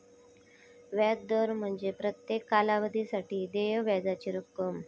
व्याज दर म्हणजे प्रत्येक कालावधीसाठी देय व्याजाची रक्कम